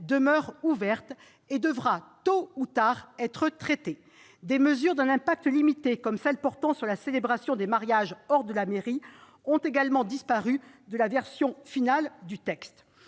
demeure ouverte et devra tôt ou tard être traitée. Des mesures aux effets limités, comme la célébration des mariages hors de la mairie, ont également disparu de la version finale du texte.